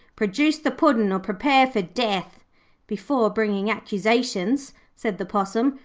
produce the puddin or prepare for death before bringing accusations said the possum,